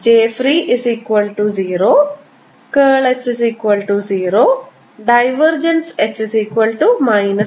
jfree0 H0